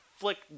flick